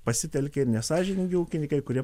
pasitelkė nesąžiningi ūkininkai kurie